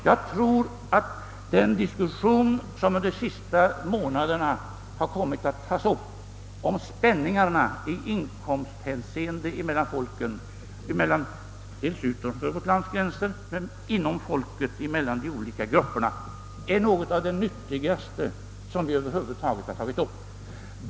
Jag tror att den diskussion som under de senaste månaderna har förts om spänningarna i inkomsthänseende mellan dels folken utanför vårt lands gränser, dels olika grupper inom landet är den nyttigaste som vi över huvud taget har fört.